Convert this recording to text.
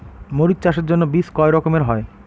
মরিচ চাষের জন্য বীজ কয় রকমের হয়?